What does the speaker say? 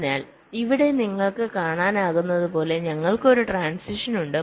അതിനാൽ ഇവിടെ നിങ്ങൾക്ക് കാണാനാകുന്നതുപോലെ ഞങ്ങൾക്ക് ഒരു ട്രാന്സിഷനുണ്ട്